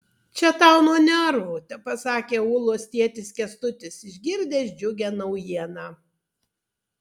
čia tau nuo nervų tepasakė ulos tėtis kęstutis išgirdęs džiugią naujieną